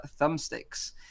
thumbsticks